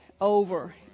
over